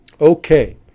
Okay